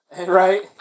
Right